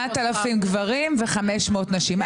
8,000 גברים ו-500 נשים.